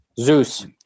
Zeus